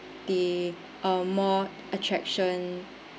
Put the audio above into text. the uh more attraction